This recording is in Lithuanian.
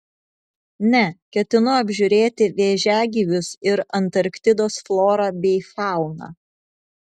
ne ketinu apžiūrėti vėžiagyvius ir antarktidos florą bei fauną